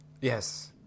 yes